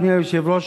אדוני היושב-ראש,